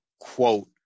quote